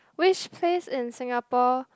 which place in Singapore